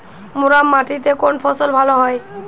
মুরাম মাটিতে কোন ফসল ভালো হয়?